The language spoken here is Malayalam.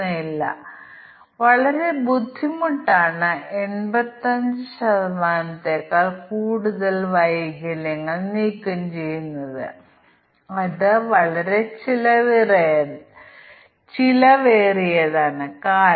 എന്നാൽ തീരുമാന പട്ടികകളിലെ ഒരു ബുദ്ധിമുട്ട് പരാമീറ്ററുകളുടെ എണ്ണം 3 4 5 ആണെങ്കിൽ നമുക്ക് തീരുമാന പട്ടിക ഉണ്ടാക്കാം